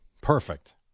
Perfect